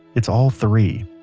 it's all three.